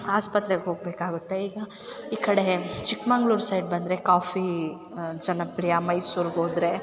ಆಸ್ಪತ್ರೆಗೆ ಹೋಗಬೇಕಾಗುತ್ತೆ ಈಗ ಈ ಕಡೆ ಚಿಕ್ಕಮಗ್ಳೂರು ಸೈಡ್ ಬಂದರೆ ಕಾಫಿ ಜನಪ್ರೀಯ ಮೈಸೂರ್ಗೋದ್ರೆ